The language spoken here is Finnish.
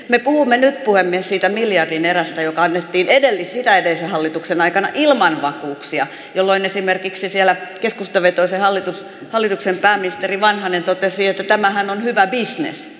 me puhumme nyt puhemies siitä miljardin erästä joka annettiin edellistä edellisen hallituksen aikana ilman vakuuksia jolloin esimerkiksi keskustavetoisen hallituksen pääministeri vanhanen totesi että tämähän on hyvä bisnes